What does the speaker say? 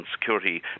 security